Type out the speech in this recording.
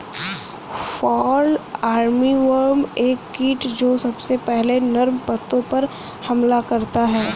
fall armyworm एक कीट जो सबसे पहले नर्म पत्तों पर हमला करता है